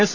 S